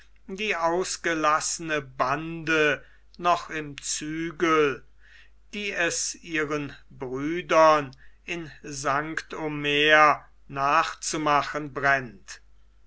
die ausgelassene bande noch im zügel die es ihren brüdern in st omer nachzumachen brennt